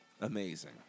amazing